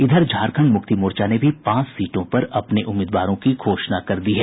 इधर झारखंड मुक्ति मोर्चा ने भी पांच सीटों पर अपने उम्मीदवारों की घोषणा कर दी है